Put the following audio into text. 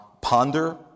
ponder